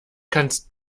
kannst